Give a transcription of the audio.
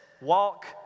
walk